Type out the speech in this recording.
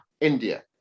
india